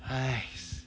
!hais!